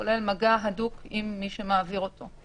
כולל מגע הדוק עם מי שמעביר אותו.